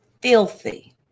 filthy